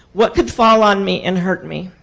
what could fall on me and hurt me?